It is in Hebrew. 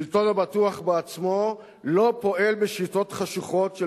שלטון הבטוח בעצמו לא פועל בשיטות חשוכות של